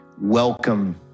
Welcome